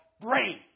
brain